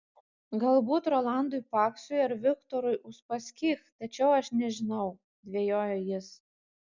galbūt rolandui paksui ar viktorui uspaskich tačiau aš nežinau dvejojo jis